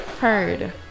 Heard